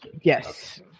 Yes